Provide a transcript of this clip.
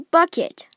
Bucket